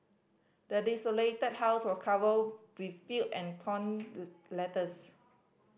the desolated house was feel and torn letters